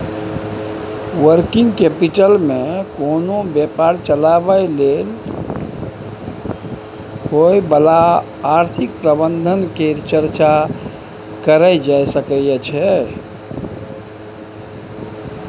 working capital मे कोनो व्यापार चलाबय लेल होइ बला आर्थिक प्रबंधन केर चर्चा कएल जाए सकइ छै